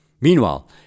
Meanwhile